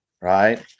right